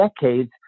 decades